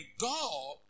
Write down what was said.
God